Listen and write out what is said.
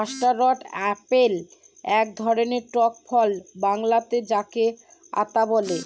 custard apple এক ধরনের টক ফল বাংলাতে যাকে আঁতা বলে